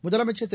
முதலமைச்சர் திரு